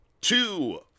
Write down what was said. two